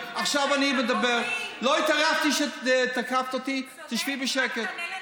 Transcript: הייתי שם לפני שלושה חודשים,